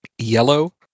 yellow